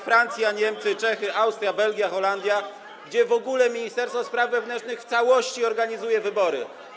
Francja, Niemcy, Czechy, Austria, Belgia, Holandia, gdzie w ogóle ministerstwo spraw wewnętrznych w całości organizuje wybory?